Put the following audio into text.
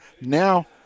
Now